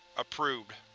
approved.